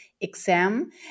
exam